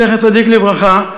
זכר צדיק לברכה,